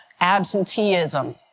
absenteeism